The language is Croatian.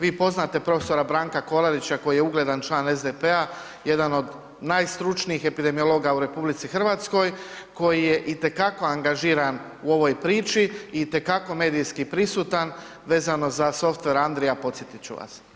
Vi poznate prof. Branka Kolarića koji je ugledan član SDP-a, jedan od najstručnijih epidemiologa u RH koji je itekako angažiran u ovoj priči i itekako medijski prisutan vezano uz softver „Andrija“ podsjetit ću vas.